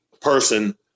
person